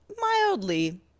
mildly